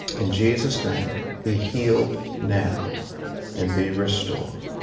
in jesus' name be healed now and be restored.